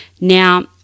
Now